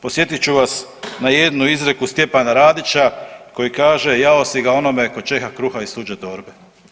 Podsjetit ću vas na jednu izreku Stjepana Radića koji kaže „Jao si ga onome ko čeka kruha iz tuđe torbe.